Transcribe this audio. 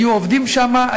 היו עובדים שם,